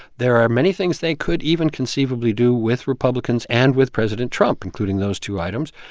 there are many things they could even conceivably do with republicans and with president trump, including those two items,